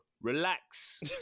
Relax